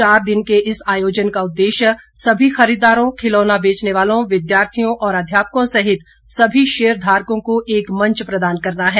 चार दिन के इस आयोजन का उद्देश्य सभी खरीददारों खिलौना बेचने वालों विद्यार्थियों और अध्यापकों सहित सभी शेयरधारकों को एक मंच प्रदान करना है